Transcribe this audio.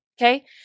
Okay